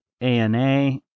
ANA